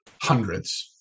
hundreds